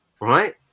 right